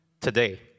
Today